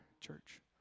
church